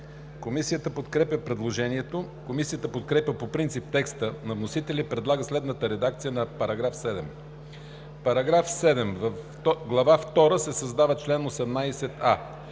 Комисията подкрепя предложението. Комисията подкрепя по принцип текста на вносителя и предлага следната редакция на § 7: „§ 7. В Глава втора се създава чл. 18а: